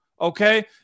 okay